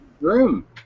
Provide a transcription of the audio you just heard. room